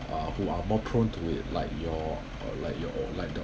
uh who are more prone to it like your uh like your like the